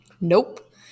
Nope